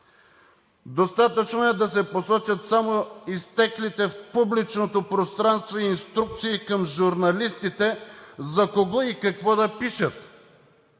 Достатъчно е да се посочат само изтеклите в публичното пространство инструкции към журналистите – за кого и за какво да пишат.